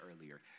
earlier